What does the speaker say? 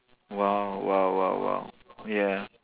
!wow! !wow! !wow! !wow! ya